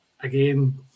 again